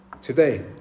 today